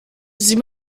sie